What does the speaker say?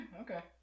Okay